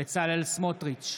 בצלאל סמוטריץ'